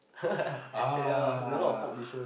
ah